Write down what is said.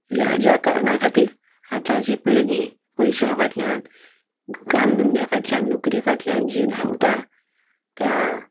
ह्या ज्या कारणा खातीर आताची पिळगी पयश्यां फाटल्यान काम धंद्या फाटल्यान नोकरे फाटल्यान जी धांवता त्या